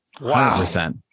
Wow